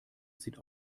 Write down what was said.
sieht